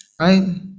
right